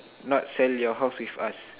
not sell your house with us